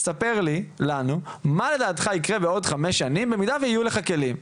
תספר לנו מה לדעתך יקרה בעוד חמש שנים במידה ויהיו לך כלים.